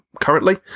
currently